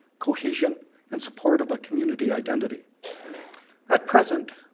cohesion and support of a community community at present,